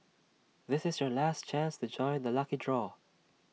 this is your last chance to join the lucky draw